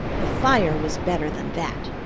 the fire was better than that.